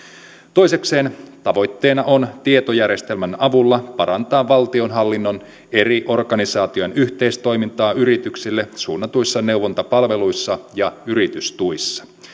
toisekseen tavoitteena on tietojärjestelmän avulla parantaa valtionhallinnon eri organisaatioiden yhteistoimintaa yrityksille suunnatuissa neuvontapalveluissa ja yritystuissa